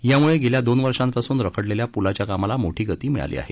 याम्ळे गेल्या दोन वर्षापासून रखडलेल्या प्लाच्या कामाला मोठी गती मिळाली आहे